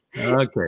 Okay